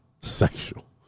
sexual